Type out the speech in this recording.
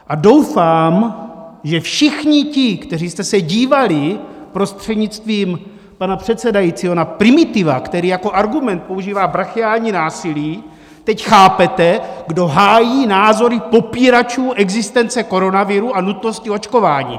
A doufám, že všichni ti, kteří jste se dívali prostřednictvím pana předsedajícího na primitiva, který jako argument používá brachiální násilí, teď chápete, kdo hájí názory popíračů existence koronaviru a nutnosti očkování!